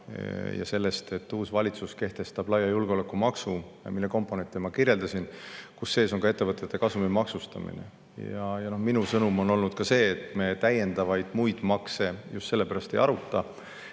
ja sellest, et uus valitsus kehtestab laia julgeolekumaksu, mille komponente ma kirjeldasin, kus sees on ka ettevõtete kasumi maksustamine. Minu sõnum on olnud ka see, et me täiendavaid muid makse just sellepärast ei aruta.